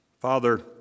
father